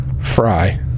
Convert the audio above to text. fry